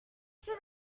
see